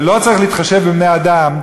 ולא צריך להתחשב בבני-אדם,